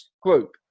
group